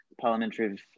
Parliamentary